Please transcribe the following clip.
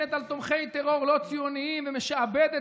שנשענת על תומכי טרור לא ציוניים ומשעבדת